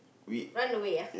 run away